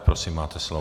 Prosím, máte slovo.